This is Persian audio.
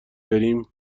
بریم